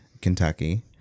Kentucky